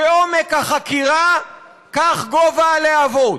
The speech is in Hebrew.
כעומק החקירה כך גובה הלהבות,